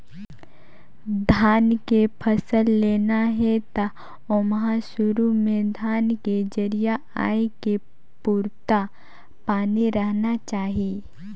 धान के फसल लेना हे त ओमहा सुरू में धान के जरिया आए के पुरता पानी रहना चाही